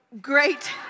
Great